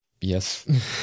Yes